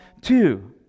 two